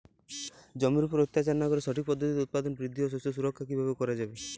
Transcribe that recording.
জমির উপর অত্যাচার না করে সঠিক পদ্ধতিতে উৎপাদন বৃদ্ধি ও শস্য সুরক্ষা কীভাবে করা যাবে?